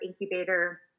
incubator